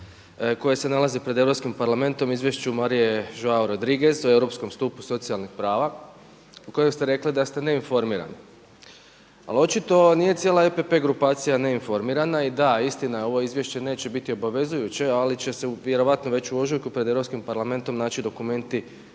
koje se nalazi pred Europskim parlamentom, izvješću Marie Joao Rodrigues o europskom stupu socijalnih prava o kojem ste rekli da ste neinformirani. Ali očito nije cijela EPP grupacija neinformirana i da istina ovo izvješće neće biti obvezujuće ali će se vjerojatno već u ožujku pred Europskim parlamentom naći dokumenti